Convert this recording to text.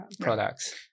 products